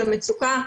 למצוקה.